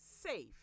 Safe